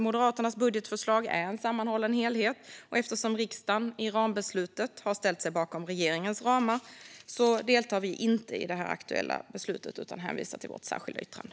Moderaternas budgetförslag är en sammanhållen helhet, och eftersom riksdagen i rambeslutet har ställt sig bakom regeringens ramar deltar vi inte i det aktuella beslutet utan hänvisar till vårt särskilda yttrande.